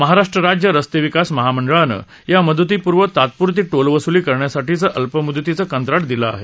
महाराष्ट्र राज्य रस्ते विकास महामंडळानं या मुदतीपर्यंत तात्पुरती टोलवसूली करण्यासाठीचं अल्प मुदतीचं कंत्राट दिलं आहे